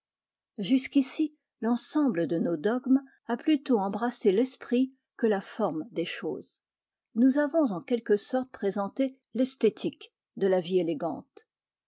jusqu'ici l'ensemble de nos dogmes a plutôt embrassé l'esprit que la forme des choses nous avons en quelque sorte présenté vesthétique de la vie élégante